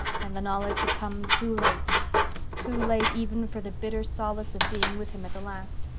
and the knowledge had come too late too late even for the bitter solace of being with him at the last.